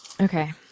Okay